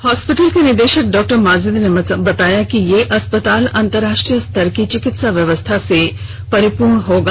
hospital के निदेशक doctor Majid ने बताया कि यह अस्पताल अंतरराष्ट्रीय स्तर की चिकित्सा व्यवस्था से परिपूर्ण होगा